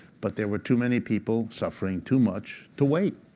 but there were too many people suffering too much to wait.